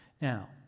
Now